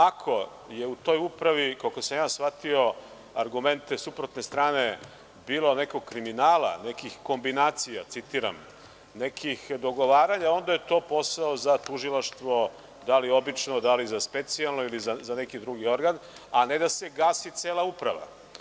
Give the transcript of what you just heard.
Ako je u toj Upravi, koliko sam ja shvatio argumente suprotne strane, bilo nekog kriminala, nekih kombinacija, citiram, nekih dogovaranja, onda je to posao za tužilaštvo, da li obično, da li za specijalno ili za neki drugi organ, a ne da se gasi cela Uprava.